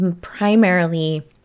primarily